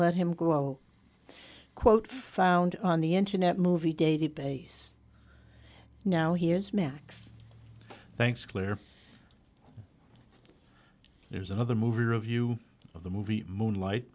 let him go quote from and on the internet movie database now here's max thanks clear there's another movie review of the movie moonlight